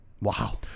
Wow